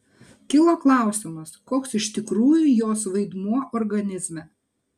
kilo klausimas koks iš tikrųjų jos vaidmuo organizme